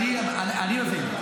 אני מבין.